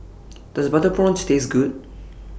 Does Butter Prawns Taste Good